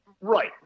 Right